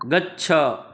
गच्छ